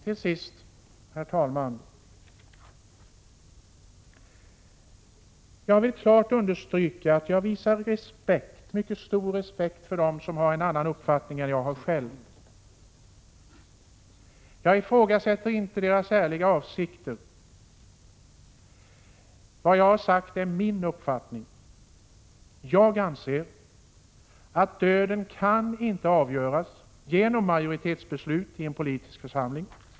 Till sist, herr talman: Jag vill klart understryka att jag visar mycket stor respekt för dem som har en annan uppfattning än den jag själv har. Jag ifrågasätter inte deras ärliga avsikter. Vad jag har sagt är min uppfattning. Jag anser att döden inte kan avgöras genom majoritetsbeslut i en politisk församling.